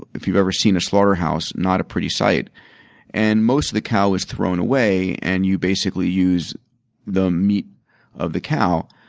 if you have ever seen a slaughter house, not a pretty sight and most of the cow is thrown away and you basically use the meat of the cow.